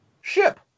Ship